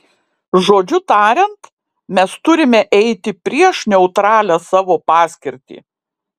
žodžiu tariant mes turime eiti prieš neutralią savo paskirtį